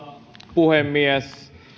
puhemies